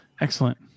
Excellent